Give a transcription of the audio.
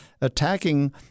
attacking